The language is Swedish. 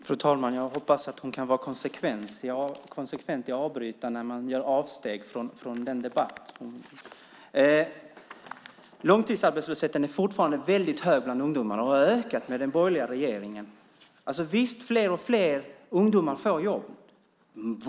Fru talman! Jag hoppas att hon kan vara konsekvent i avbrytandet när man gör avsteg från debatten. Långtidsarbetslösheten är fortfarande hög bland ungdomarna och har ökat med den borgerliga regeringen. Visst får fler och fler ungdomar jobb.